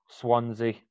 Swansea